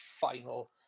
final